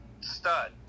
stud